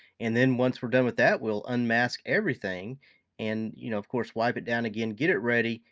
and then once we're done with that we'll unmask everything and you know of course wipe it down again. get it ready.